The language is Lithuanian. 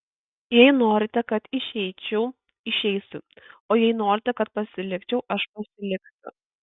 jei norite kad išeičiau išeisiu o jei norite kad pasilikčiau aš pasiliksiu